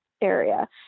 area